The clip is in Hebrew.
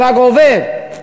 נהרג עובד,